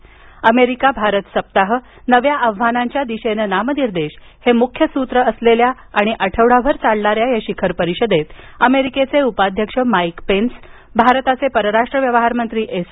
America Bharat सप्ताह नव्या आव्हानांच्या दिशेनं नामनिर्देश हे मुख्य सूत्र असलेल्या आठवडाभर चालणाऱ्या या शिखर परिषदेत अमेरिकेचे उपाध्यक्ष माईक पेन्स आणि भारताचे परराष्ट्र व्यवहारमंत्री एस